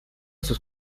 sus